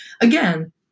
Again